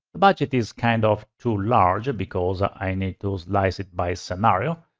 the budget is kind of too large because i need to slice it by scenario.